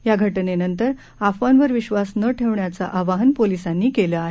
या घटनेनंतर अफवांवर विश्वास न ठेवण्याचं आवाहन पोलिसांनी केलं आहे